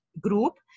Group